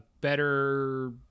Better